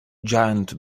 giant